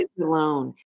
Alone